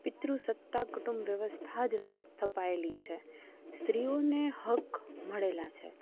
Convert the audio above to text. પિતૃસત્તા કુટુંબ વ્યવસ્થા જ સ્થપાયેલી છે સ્ત્રીઓને હક મળેલાં છે